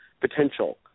potential